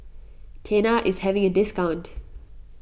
Tena is having a discount